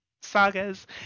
sagas